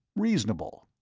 reasonable.